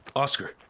Oscar